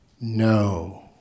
No